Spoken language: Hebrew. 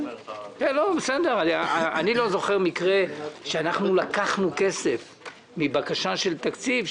אני לא זוכר מקרה שלקחנו כסף מבקשה של תקציב,